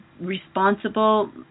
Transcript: responsible